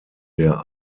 der